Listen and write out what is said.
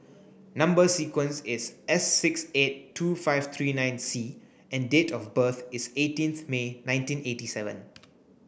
number sequence is S six eight two five three nine C and date of birth is eighteenth May nineteen eighty seven